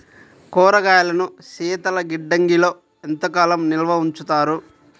కూరగాయలను శీతలగిడ్డంగిలో ఎంత కాలం నిల్వ ఉంచుతారు?